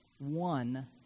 One